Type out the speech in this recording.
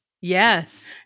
Yes